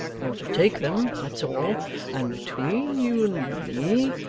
you're to take them, that's all and between you and me,